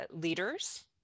leaders